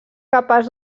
capaç